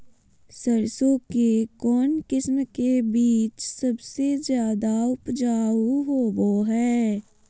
सरसों के कौन किस्म के बीच सबसे ज्यादा उपजाऊ होबो हय?